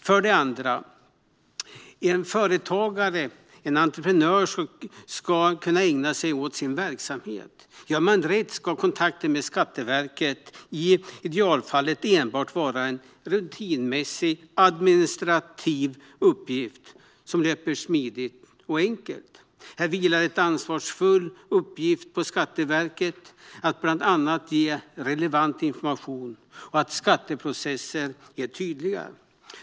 För det andra ska en företagare eller en entreprenör kunna ägna sig åt sin verksamhet. Gör man rätt ska kontakten med Skatteverket i idealfallet enbart vara en rutinmässig administrativ uppgift som löper smidigt och enkelt. Här vilar en ansvarsfull uppgift på Skatteverket att bland annat ge relevant information och se till att skatteprocesser är tydliga.